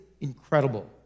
incredible